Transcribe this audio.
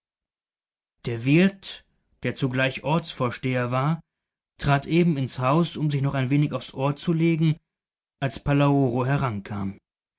der wirt der zugleich ortsvorsteher war trat eben ins haus um sich noch ein wenig aufs ohr zu legen als palaoro herankam